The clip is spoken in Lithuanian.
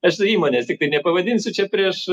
aš tai įmonės tiktai nepavadinsiu čia prieš